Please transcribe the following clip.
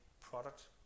product